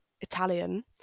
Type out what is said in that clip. Italian